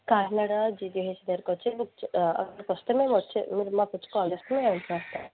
Kakinada GGH దగ్గరకి వచ్చి మీకు అక్కడికి వస్తే మాకు వచ్చి అక్కడకు వచ్చి కాల్ చేస్తే మేము వెంటనే వస్తాం